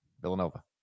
Villanova